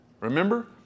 Remember